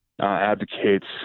advocates